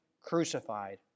crucified